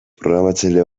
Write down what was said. programatzaile